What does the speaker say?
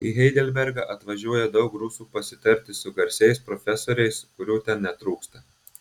į heidelbergą atvažiuoja daug rusų pasitarti su garsiais profesoriais kurių ten netrūksta